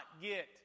get